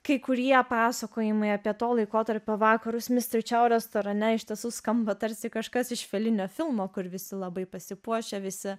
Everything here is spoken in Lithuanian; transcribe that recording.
kai kurie pasakojimai apie to laikotarpio vakarus mister čiau restorane iš tiesų skamba tarsi kažkas iš felinio filmo kur visi labai pasipuošę visi